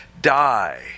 die